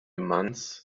month